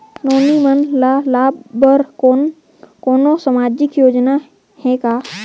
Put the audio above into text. नोनी मन ल लाभ बर कोनो सामाजिक योजना हे का?